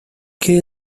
que